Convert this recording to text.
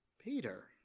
Peter